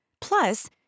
Plus